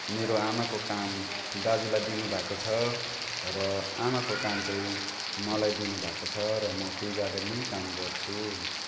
मेरो आमाको काम दाजुलाई दिनुभएको छ र आमाको काम चाहिँ मलाई दिनुभएको छ र म टी गार्डनमै काम गर्छु